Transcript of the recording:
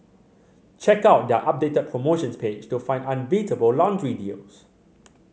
check out their updated promotions page to find unbeatable laundry deals